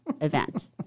event